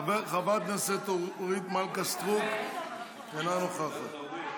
חברת הכנסת אורית מלכה סטרוק, אינה נוכחת.